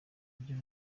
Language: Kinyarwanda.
ryo